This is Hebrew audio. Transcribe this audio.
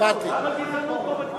טרנספר של,